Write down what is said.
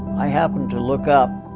i happened to look up,